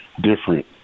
different